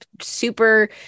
super